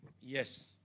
Yes